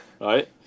Right